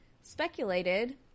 speculated